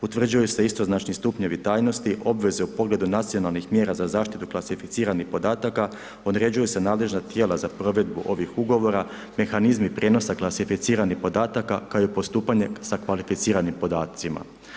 Utvrđuju se istoznačni stupnjevi tajnosti, obveze u pogledu nacionalnih mjera za zaštitu klasificiranih podataka, određuju se nadležna tijela za provedbu ovih ugovora, mehanizmi prijenosa klasificiranih podataka, kao i postupanje sa kvalificiranim podacima.